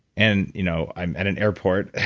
and you know i'm at an airport